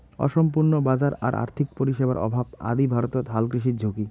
অসম্পূর্ণ বাজার আর আর্থিক পরিষেবার অভাব আদি ভারতত হালকৃষির ঝুঁকি